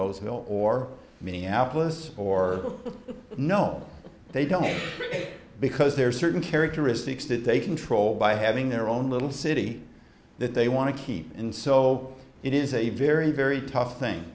roseville or minneapolis or no they don't because there are certain characteristics that they control by having their own little city that they want to keep and so it is a very very tough thing